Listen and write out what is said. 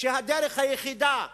שהדרך היחידה,